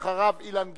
ואחריו, אילן גילאון,